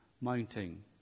mounting